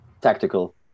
tactical